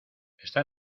esta